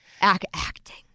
Acting